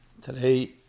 Today